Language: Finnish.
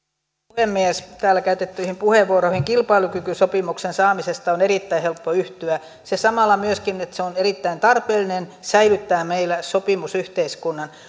puhemies täällä käytettyihin puheenvuoroihin kilpailukykysopimuksen saamisesta on erittäin helppo yhtyä se samalla paitsi että se on erittäin tarpeellinen myöskin säilyttää meillä sopimusyhteiskunnan